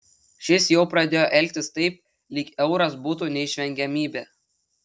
šis jau pradėjo elgtis taip lyg euras būtų neišvengiamybė